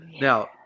now